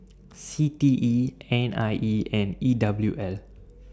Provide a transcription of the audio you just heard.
C T E N I E and E W L